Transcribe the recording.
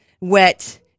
wet